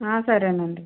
సరే అండి